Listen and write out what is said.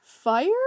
Fire